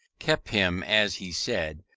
kept him, as he said,